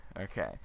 okay